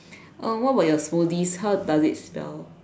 uh what about your smoothies how does it spell